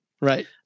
Right